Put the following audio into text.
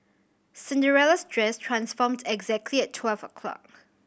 Cinderella's dress transformed exactly at twelve o'clock